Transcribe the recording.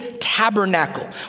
tabernacle